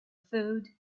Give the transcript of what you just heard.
food